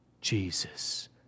Jesus